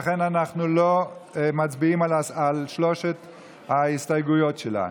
ולכן אנחנו לא מצביעים על שלוש ההסתייגויות שלה.